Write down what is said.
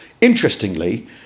Interestingly